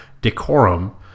decorum